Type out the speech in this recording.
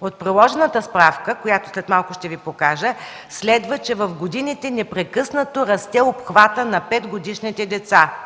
От приложената справка, която след малко ще Ви покажа, следва, че в годините непрекъснато расте обхватът на петгодишните деца,